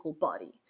body